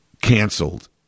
canceled